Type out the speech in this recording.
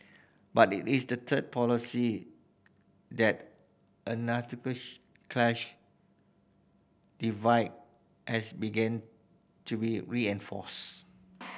but it is the third policy that a class divide has begun to be reinforced